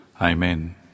Amen